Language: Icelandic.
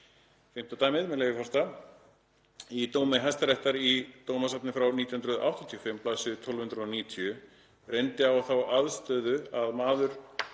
Fimmta dæmið, með leyfi forseta: „Í dómi Hæstaréttar í dómasafni frá 1985, bls. 1290, reyndi á þá aðstöðu að maður